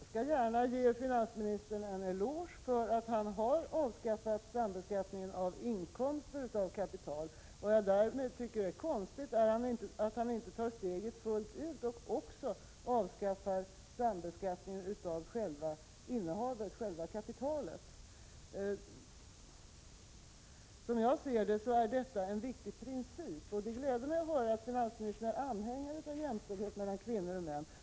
Fru talman! Jag skall gärna ge finansministern en eloge för att han har avskaffat sambeskattningen av inkomster av kapital. Vad jag däremot tycker är konstigt är att han inte tar steget fullt ut och också avskaffar sambeskattningen av innehavet, själva kapitalet. Som jag ser det, är detta en viktig princip, och det gläder mig att höra att finansministern är anhängare av jämställdhet mellan kvinnor och män.